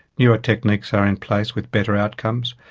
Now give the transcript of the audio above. newer techniques are in place with better outcomes,